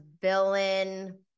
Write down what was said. villain